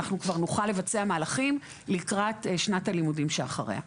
אנחנו כבר נוכל לבצע מהלכים לקראת שנת הלימודים שאחריה.